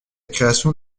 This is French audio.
création